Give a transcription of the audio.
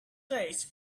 raised